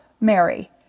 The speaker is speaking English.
Mary